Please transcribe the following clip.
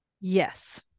yes